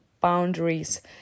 boundaries